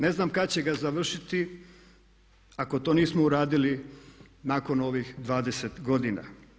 Ne znam kad će ga završiti ako to nismo uradili nakon ovih 20 godina.